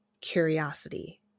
curiosity